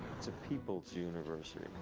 it's a people's university.